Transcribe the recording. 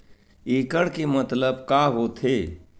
एकड़ के मतलब का होथे?